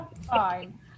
fine